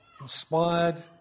Inspired